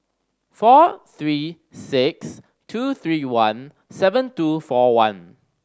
four three six two three one seven two four one